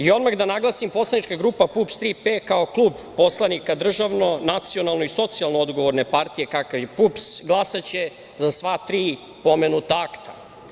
Odmah da naglasim, Poslanička grupa PUPS „Tri P“ kao klub poslanika državno, nacionalno i socijalno odgovorne partije, kakav je PUPS, glasaće za sva tri pomenuta akta.